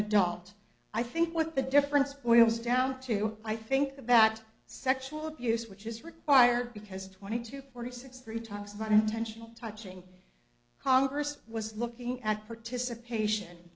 adult i think what the difference boils down to i think about sexual abuse which is required because twenty to forty six three times not intentional touching congress was looking at participation